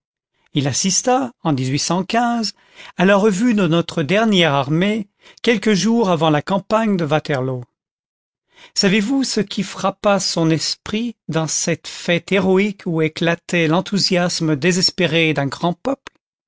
il assista en à la revue de notre dernière armée quelques jours avant la campagne de waterloo savez-vous ce qui frappa son esprit dans cette fête héroïqus où éclatait l'enthousiasme désespéré d'un grand peuple